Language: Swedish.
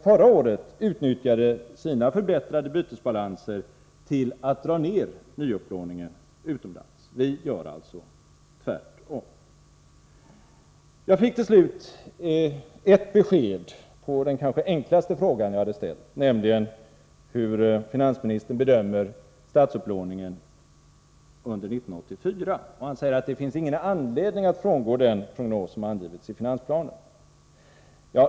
Dessa länder utnyttjade förra året sina förbättrade bytesbalanser till att dra ned nyupplåningen utomlands. Vi gör alltså tvärtom. Jag fick till slut ett besked på den kanske enklaste frågan jag ställt, nämligen hur finansministern bedömer statsupplåningen under 1984. Han säger att det inte finns någon anledning att frångå den prognos som angivits i finansplanen.